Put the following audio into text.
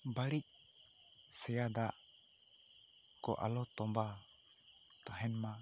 ᱵᱟᱹᱲᱤᱡ ᱥᱮᱭᱟ ᱫᱟᱜ ᱠᱚ ᱟᱞᱚ ᱛᱚᱵᱟᱜ ᱛᱟᱦᱮᱱ ᱢᱟ